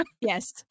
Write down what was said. yes